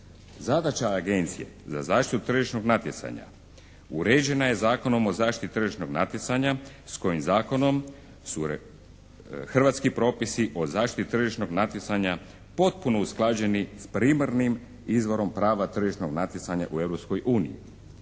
Zadaća Agencije za zaštitu tržišnog natjecanja uređena je Zakonom o zaštiti tržišnog natjecanja s kojim zakonom su hrvatski propisi o zaštiti tržišnog natjecanja potpuno usklađeni s primarnim izvorom prava tržišnog natjecanja u